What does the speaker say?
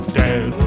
dead